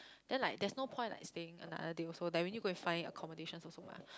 then like there's no point like staying another day also like we need to go and find accommodation also mah